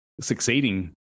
succeeding